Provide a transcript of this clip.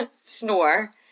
snore